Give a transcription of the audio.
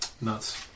Nuts